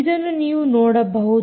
ಇದನ್ನು ನೀವು ನೋಡಬಹುದು